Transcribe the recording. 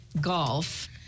golf